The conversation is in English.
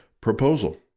proposal